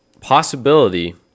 possibility